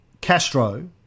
Castro